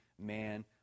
man